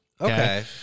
Okay